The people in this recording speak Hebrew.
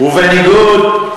ובניגוד,